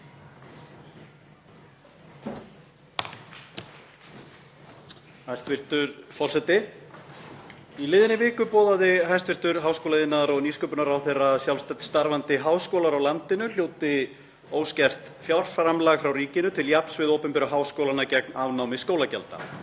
Hæstv. forseti. Í liðinni viku boðaði hæstv. háskóla-, iðnaðar- og nýsköpunarráðherra að sjálfstætt starfandi háskólar á landinu hljóti óskert fjárframlag frá ríkinu til jafns við opinberu háskólana gegn afnámi skólagjalda.